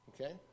Okay